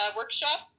workshop